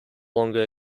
longer